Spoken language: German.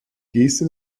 geste